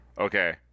Okay